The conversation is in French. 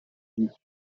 fissure